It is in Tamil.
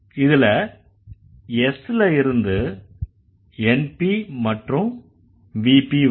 இதுல S ல இருந்து NP மற்றும் VP வரும்